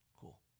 Cool